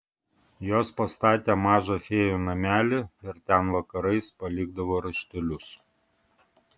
jos pastatė mažą fėjų namelį ir ten vakarais palikdavo raštelius